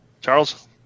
Charles